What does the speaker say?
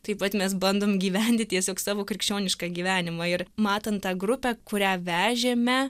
taip pat mes bandom gyventi tiesiog savo krikščionišką gyvenimą ir matant tą grupę kurią vežėme